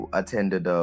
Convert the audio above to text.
attended